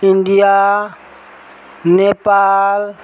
India Nepal